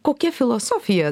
kokia filosofija